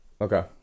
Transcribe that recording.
Okay